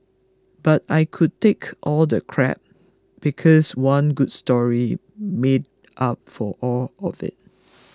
but I could take all the crap because one good story made up for all of it